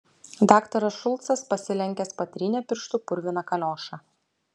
daktaras šulcas pasilenkęs patrynė pirštu purviną kaliošą